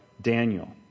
Daniel